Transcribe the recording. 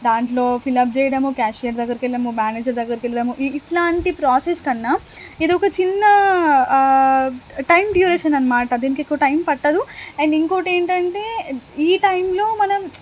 దాంట్లో ఫిలప్ చేయడము క్యాషియర్ దగ్గరకెళ్ళడము మ్యానేజర్ దగ్గరికెళ్ళడము ఇట్లాంటి ప్రాసెస్ కన్నా ఏదో ఒక చిన్న టైం డ్యూరేషన్ అనమాట దీనికెక్కువ టైం పట్టదు అండ్ ఇంకోటేంటంటే ఈ టైంలో మనం